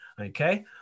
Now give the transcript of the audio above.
okay